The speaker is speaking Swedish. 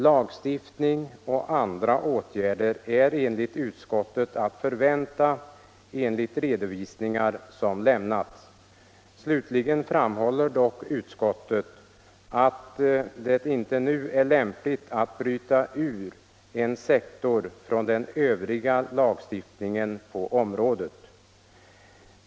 Lagstiftning och andra åtgärder är, säger utskottet, att förvänta enligt redovisningar som lämnats. Slutligen framhåller dock utskottet att det inte nu är lämpligt att bryta ut en sektor från den övriga lagstiftningen på området.